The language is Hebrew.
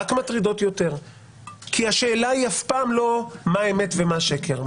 רק מטרידות יותר כי השאלה היא אף פעם לא מה אמת ומה שקר,